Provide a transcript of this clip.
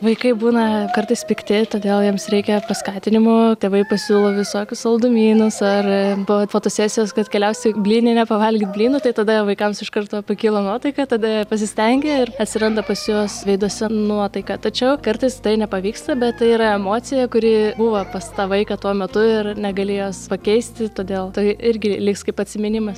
vaikai būna kartais pikti todėl jiems reikia paskatinimo tėvai pasiūlo visokius saldumynus ar po fotosesijos kad keliaus į blyninę pavalgyt blynų tai tada vaikams iš karto pakyla nuotaika tada jie pasistengia ir atsiranda pas juos veiduose nuotaika tačiau kartais tai nepavyksta bet tai yra emocija kuri buvo pas tą vaiką tuo metu ir negali jos pakeisti todėl tai irgi liks kaip atsiminimas